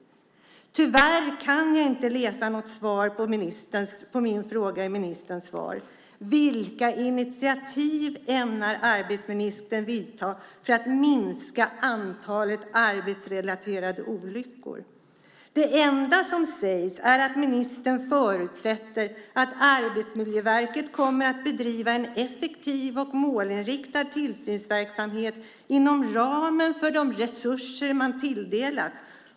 Tyvärr kan jag inte hitta något svar på min fråga i ministerns svar. Frågan var: Vilka initiativ ämnar arbetsmarknadsministern vidta för att minska antalet arbetsrelaterade olyckor? Det enda som sägs är att ministern förutsätter att Arbetsmiljöverket kommer att bedriva en effektiv och målinriktad tillsynsverksamhet inom ramen för de resurser som man har tilldelat.